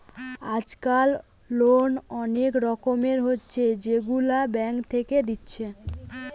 আজকাল লোন অনেক রকমের হচ্ছে যেগুলা ব্যাঙ্ক থেকে দিচ্ছে